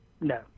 No